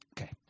Okay